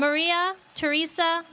maria teresa